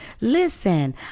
listen